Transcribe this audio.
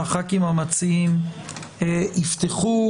חברי הכנסת המציעים יפתחו.